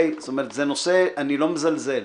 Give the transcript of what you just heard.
אני לא מזלזל.